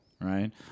right